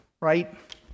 right